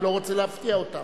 אני לא רוצה להפתיע אותם.